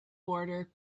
boarder